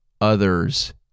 others